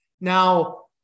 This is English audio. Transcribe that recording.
Now